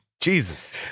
Jesus